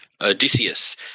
Odysseus